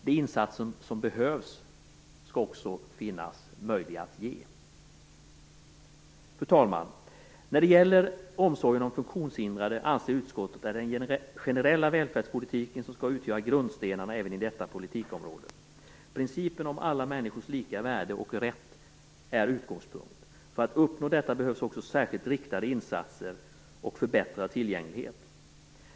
De insatser som behövs skall också vara möjliga att ge. Fru talman! När det gäller omsorgen om funktionshindrade anser utskottet att den generella välfärdspolitiken skall utgöra en av grundstenarna även på detta politikområde. Principen om alla människors lika värde och rätt är utgångspunkten. För att uppnå detta behövs särskilt riktade insatser och förbättrad tillgänglighet.